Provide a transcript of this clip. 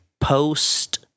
post